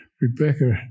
Rebecca